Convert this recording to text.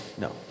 No